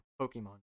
Pokemon